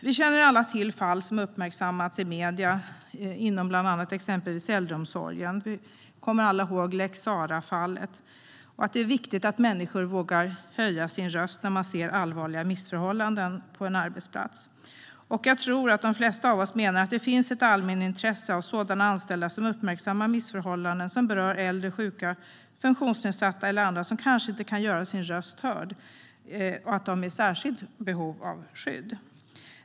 Vi känner alla till fall som uppmärksammats i medierna, bland annat inom äldreomsorgen. Vi kommer alla ihåg lex Sarah-fallet. Det är viktigt att människor vågar höja rösten när de ser allvarliga missförhållanden på en arbetsplats. Jag tror att de flesta av oss menar att det finns ett allmänintresse i att anställda som uppmärksammar missförhållanden som berör äldre, sjuka, funktionsnedsatta - eller andra som kanske inte kan göra sin röst hörd - anses vara i särskilt behov av skydd.